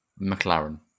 McLaren